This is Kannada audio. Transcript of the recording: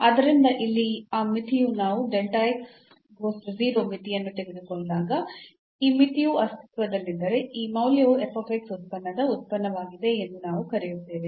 ಆದ್ದರಿಂದ ಇಲ್ಲಿ ಆ ಮಿತಿಯು ನಾವು ಮಿತಿಯನ್ನು ತೆಗೆದುಕೊಂಡಾಗ ಈ ಮಿತಿಯು ಅಸ್ತಿತ್ವದಲ್ಲಿದ್ದರೆ ಈ ಮೌಲ್ಯವು ಉತ್ಪನ್ನದ ಉತ್ಪನ್ನವಾಗಿದೆ ಎಂದು ನಾವು ಕರೆಯುತ್ತೇವೆ